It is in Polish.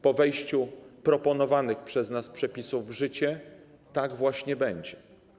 Po wejściu proponowanych przez nas przepisów w życie tak właśnie będzie.